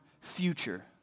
future